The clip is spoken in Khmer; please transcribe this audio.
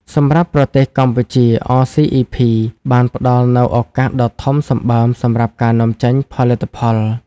សម្រាប់ប្រទេសកម្ពុជា អ សុី អុី ភី (RCEP)បានផ្តល់នូវឱកាសដ៏ធំសម្បើមសម្រាប់ការនាំចេញផលិតផល។